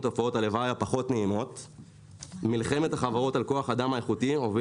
מלחמת החברות על כוח האדם האיכותי הובילה לעלייה מטאורית בשכרם,